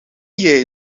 jij